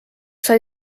sai